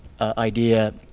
Idea